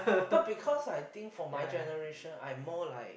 but because I think for my generation I more like